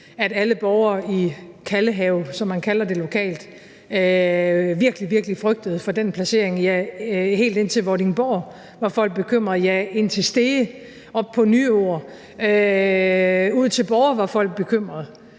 alle borgere i Kalvehave virkelig, virkelig frygtede for den placering. Helt til Vordingborg var folk bekymrede, ja, til Stege, op til Nyord, ud til Borre var folk bekymrede,